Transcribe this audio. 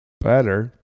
better